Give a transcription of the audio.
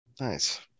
Nice